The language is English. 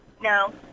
No